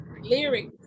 lyrics